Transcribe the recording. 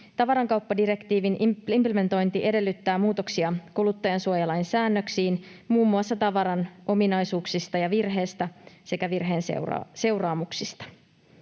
Tavarankauppadirektiivin implementointi edellyttää muutoksia kuluttajansuojalain säännöksiin muun muassa tavaran ominaisuuksista ja virheestä sekä virheen seuraamuksista.